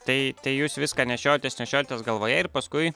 tai tai jūs viską nešiojotės nešiojotės galvoje ir paskui